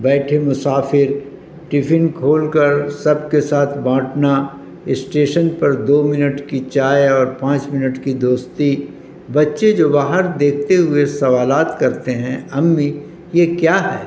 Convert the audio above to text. بیٹھے مسافر ٹفن کھول کر سب کے ساتھ بانٹنا اسٹیشن پر دو منٹ کی چائے اور پانچ منٹ کی دوستی بچے جو باہر دیکھتے ہوئے سوالات کرتے ہیں امی یہ کیا ہے